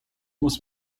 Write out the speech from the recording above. muss